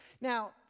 Now